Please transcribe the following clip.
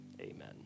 amen